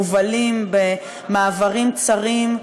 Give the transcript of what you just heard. מובלים במעברים צרים,